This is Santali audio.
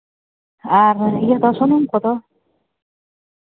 ᱟᱨ ᱤᱭᱟᱹ ᱫᱚ ᱥᱩᱱᱩᱢ ᱠᱚᱫᱚ